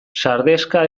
sardexka